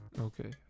okay